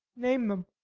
name them.